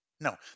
No